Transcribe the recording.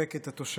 לחבק את התושבים.